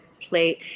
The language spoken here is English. plate